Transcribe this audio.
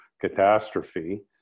catastrophe